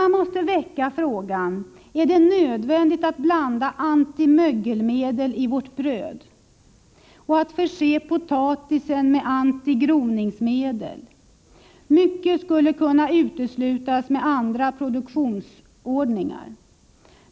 Man måste väcka frågan: Är det nödvändigt att blanda antimögelmedel i vårt bröd och att förse potatisen med antigroningsmedel? Mycket skulle kunna uteslutas med andra produktionsordningar.